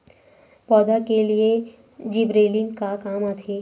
पौधा के लिए जिबरेलीन का काम आथे?